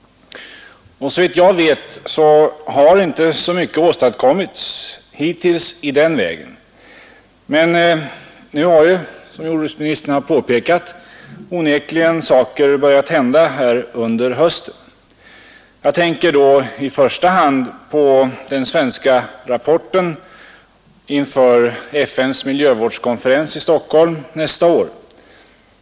Såvitt jag vet, har inte så mycket åstadkommits hittills i den vägen. Men nu har, som jordbruksministern påpekade, onekligen saker börjat hända här under hösten. Jag tänker då i första hand på den svenska rapporten inför FN:s miljövårdskonferens i Stockholm nästa år.